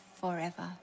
forever